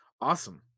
Awesome